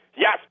Yes